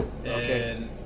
Okay